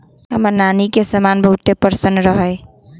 हमर नानी के समा बहुते पसिन्न रहै